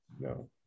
no